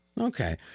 Okay